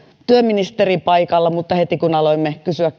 työministeri paikalla mutta heti kun aloimme kysyä